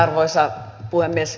arvoisa puhemies